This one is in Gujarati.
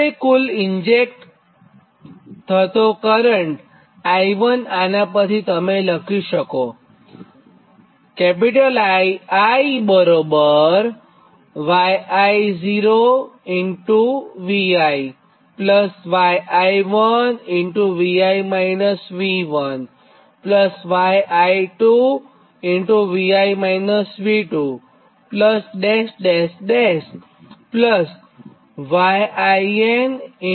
હવે કુલ ઇન્જેક્ટ કરતો કરંટ Ii આનાં પરથી તમે લખી શક્શો